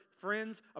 friends